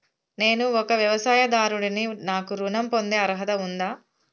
నేను ఒక వ్యవసాయదారుడిని నాకు ఋణం పొందే అర్హత ఉందా?